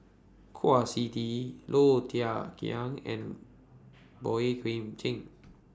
Kwa Siew Tee Low Thia Khiang and Boey Kim Cheng